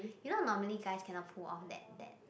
you know normally guys cannot pull off that that